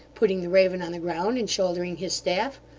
putting the raven on the ground, and shouldering his staff.